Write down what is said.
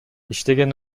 иштеген